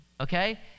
okay